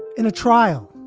in a trial,